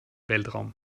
weltraum